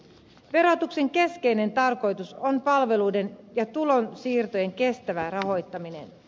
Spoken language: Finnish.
verotuksen keskeinen tarkoitus on palveluiden ja tulonsiirtojen kestävä rahoittaminen